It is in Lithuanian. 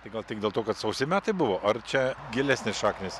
tai gal tik dėl to kad sausi metai buvo ar čia gilesnės šaknys